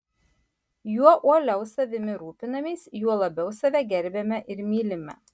juo uoliau savimi rūpinamės juo labiau save gerbiame ir mylime